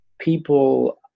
people